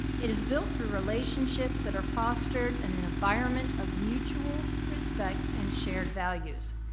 it is built through relationships that are fostered in an environment of mutual respect and shared values.